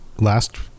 last